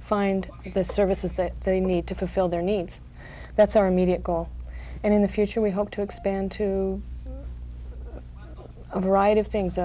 find the services that they need to fulfill their needs that's our immediate goal and in the future we hope to expand to overwrite of things